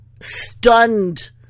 stunned